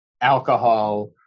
alcohol